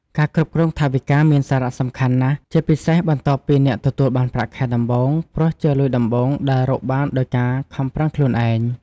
ការគ្រប់គ្រងថវិកាមានសារៈសំខាន់ណាស់ ជាពិសេសបន្ទាប់ពីអ្នកទទួលបានប្រាក់ខែដំបូង ព្រោះជាលុយដំបូងដែលរកបានដោយការខំប្រឹងខ្លួនឯង។